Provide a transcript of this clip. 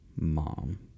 mom